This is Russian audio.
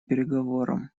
переговорам